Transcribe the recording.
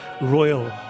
royal